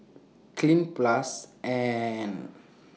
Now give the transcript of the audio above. Cleanz Plus and